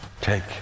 Take